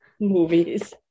movies